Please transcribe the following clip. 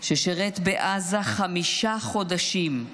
ששירת בעזה חמישה חודשים,